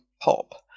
pop